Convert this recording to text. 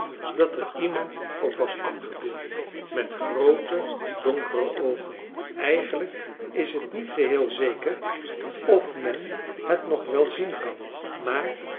dat er iemand op was afgebeeld met groote donkere oogen eigenlijk is het niet geheel zeker of men het nog wel zien kan maar